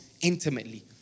intimately